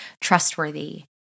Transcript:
trustworthy